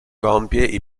compie